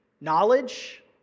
knowledge